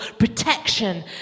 Protection